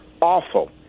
awful